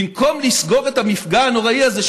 במקום לסגור את המפגע הנוראי הזה,